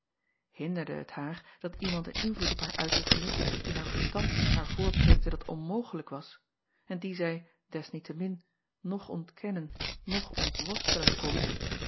inderde het haar dat iemand een invloed op haar uitoefende dien haar verstand haar voorpreêkte dat onmogelijk was en dien zij des niette min noch ontkennen noch ontworstelen kon